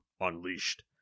Unleashed